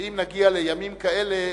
כי אם נגיע לימים כאלה,